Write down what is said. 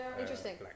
Interesting